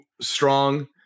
strong